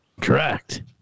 correct